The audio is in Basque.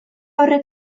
horrek